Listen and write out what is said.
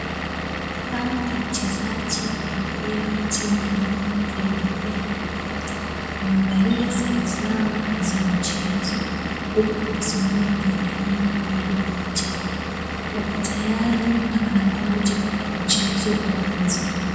Hawa ni wachezaji wa mpira wa timu ya KDF . Wamevalia sare zao za mchezo huku wamesima kwenye laini kupigwa picha. Wako tayari na wanangoja mchezo uanze.